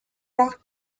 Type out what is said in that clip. rock